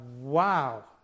wow